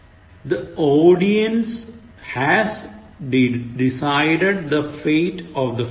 The audience has decided the fate of the film